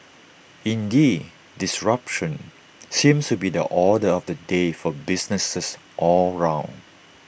indeed disruption seems to be the order of the day for businesses all round